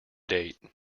date